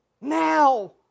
Now